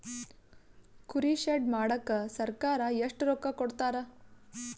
ಕುರಿ ಶೆಡ್ ಮಾಡಕ ಸರ್ಕಾರ ಎಷ್ಟು ರೊಕ್ಕ ಕೊಡ್ತಾರ?